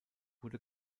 wurde